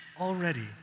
already